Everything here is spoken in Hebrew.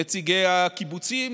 נציגי הקיבוצים,